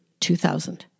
2000